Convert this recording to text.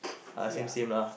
ah same same lah